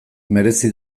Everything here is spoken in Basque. merezi